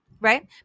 right